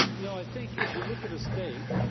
no. i think, if you look at a state,